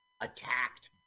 attacked